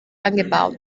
angebaut